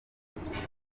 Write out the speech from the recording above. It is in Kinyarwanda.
igihuru